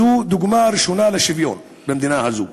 זו דוגמה ראשונה לשוויון במדינה הזאת.